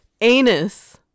Anus